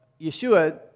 Yeshua